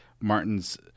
Martin's